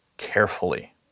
carefully